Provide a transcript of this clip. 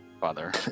father